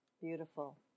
Beautiful